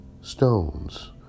stones